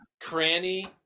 Cranny